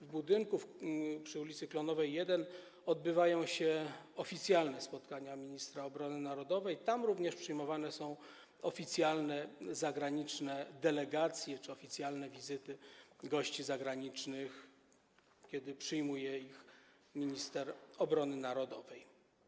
W budynku przy ul. Klonowej 1 odbywają się oficjalne spotkania ministra obrony narodowej, tam również przyjmowane są oficjalne zagraniczne delegacje czy oficjalne wizyty gości zagranicznych, kiedy przyjmowane są przez ministra obrony narodowej.